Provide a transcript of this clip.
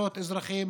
זכויות אזרחים.